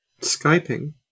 Skyping